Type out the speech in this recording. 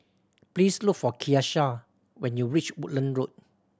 please look for Keshia when you reach Woodlands Road